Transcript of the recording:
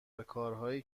هرکاری